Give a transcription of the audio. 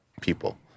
people